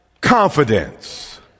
confidence